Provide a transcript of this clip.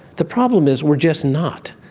the problem is we are just not.